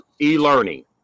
e-learning